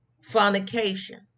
Fornication